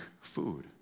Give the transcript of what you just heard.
food